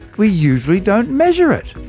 we usually don't measure it.